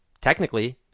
technically